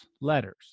letters